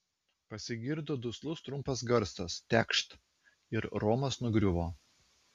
pasigirdo duslus trumpas garsas tekšt ir romas nugriuvo